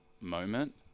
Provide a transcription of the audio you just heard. moment